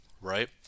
right